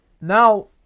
Now